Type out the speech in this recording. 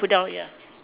put down ya